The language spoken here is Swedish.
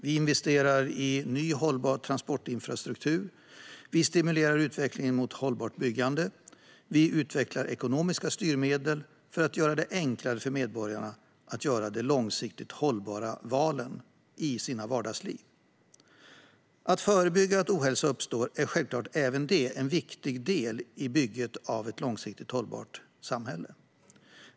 Vi investerar i ny hållbar transportinfrastruktur, vi stimulerar utvecklingen i riktning mot hållbart byggande och vi utvecklar ekonomiska styrmedel för att göra det enklare för medborgarna att göra de långsiktigt hållbara valen i sina vardagsliv. Att förebygga att ohälsa uppstår är självklart även det en viktig del i bygget av ett långsiktigt hållbart samhälle.